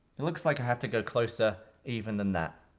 it looks like i have to go closer even than that.